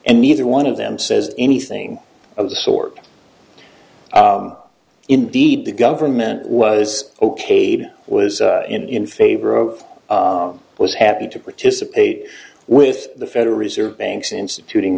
and neither one of them says anything of the sort indeed the government was okayed was in favor of was happy to participate with the federal reserve banks instituting